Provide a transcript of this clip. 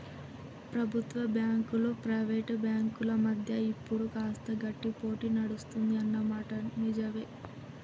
ప్రభుత్వ బ్యాంకులు ప్రైవేట్ బ్యాంకుల మధ్య ఇప్పుడు కాస్త గట్టి పోటీ నడుస్తుంది అన్న మాట నిజవే